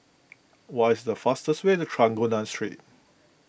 what is the fastest way to Trengganu Street